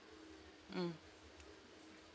mm